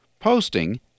posting